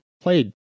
played